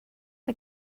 mae